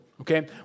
Okay